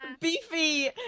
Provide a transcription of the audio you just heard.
Beefy